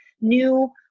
new